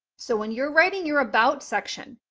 so, when you're writing your about section,